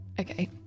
Okay